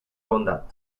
bondad